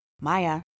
Maya